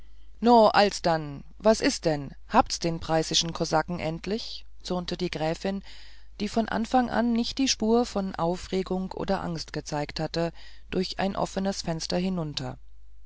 no alsdann was ist denn habts den preißischen kosaken endlich zürnte die gräfin die von anfang an nicht die spur von aufregung oder angst gezeigt hatte durch ein offenes fenster hinunter